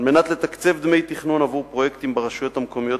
על מנת לתקצב דמי תכנון עבור פרויקטים ברשויות המקומיות,